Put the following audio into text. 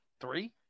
three